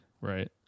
right